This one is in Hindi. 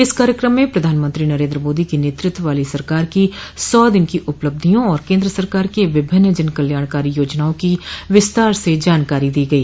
इस कार्यक्रम में प्रधानमंत्री नरेन्द्र मोदी के नेतृत्व वाली सरकार की सौ दिन की उपलब्धियों और केन्द्र सरकार की विभिन्न जन कल्याणकारी योजनाओं की विस्तार से जानकारी दी गई